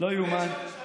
לא יאומן.